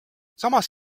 samas